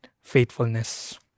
faithfulness